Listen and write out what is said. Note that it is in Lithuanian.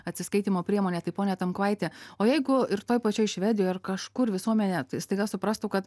atsiskaitymo priemonė tai pone tamkvaiti o jeigu ir toj pačioj švedijoj ar kažkur visuomenė staiga suprastų kad